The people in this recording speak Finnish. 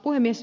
puhemies